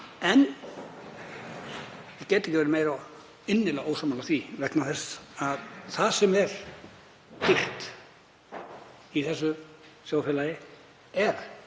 En ég get ekki verið meira innilega ósammála því vegna þess að það sem er dýrt í þessu þjóðfélagi er